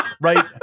right